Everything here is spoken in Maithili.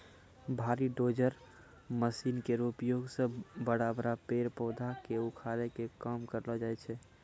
भारी डोजर मसीन केरो उपयोग सें बड़ा बड़ा पेड़ पौधा क उखाड़े के काम करलो जाय छै